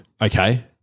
okay